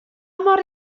mor